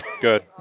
Good